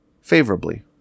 favorably